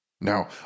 Now